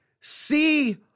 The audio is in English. See